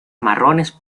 marrones